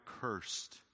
cursed